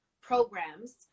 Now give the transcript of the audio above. programs